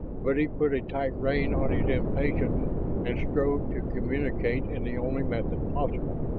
but he put a tight rein on his impatience and strove to communicate in the only method possible.